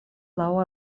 laŭ